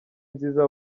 nziza